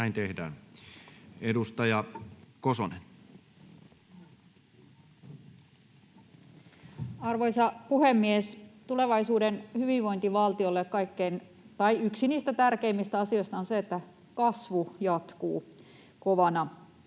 Näin tehdään. — Edustaja Kosonen. Arvoisa puhemies! Tulevaisuuden hyvinvointivaltiolle yksi niistä tärkeimmistä asioista on se, että kasvu jatkuu kovana.